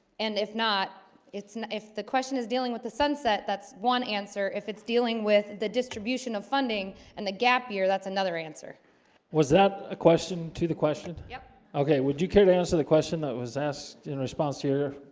and if not it's if the question is dealing with the sunset that's one answer if it's dealing with the distribution of funding and the gap year that's another answer was that a question to the question yeah okay, would you care to answer the question that was asked in response to here?